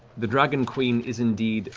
the dragon queen is indeed